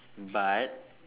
but